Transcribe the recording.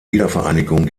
wiedervereinigung